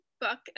book